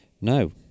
No